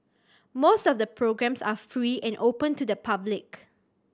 most of the programmes are free and open to the public